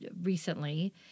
recently